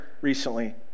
recently